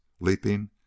leaping